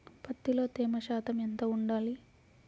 పత్తిలో తేమ శాతం ఎంత ఉండాలి?